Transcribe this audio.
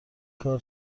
کار